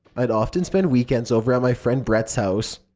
i'd often spend weekends over at my friend brett's house.